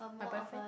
my boyfriend